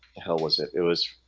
hell was it it was